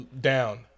down